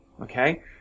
okay